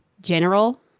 General